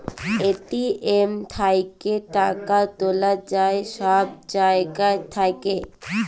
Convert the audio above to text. ATM থ্যাইকে টাকা তুলা যায় ছব জায়গা থ্যাইকে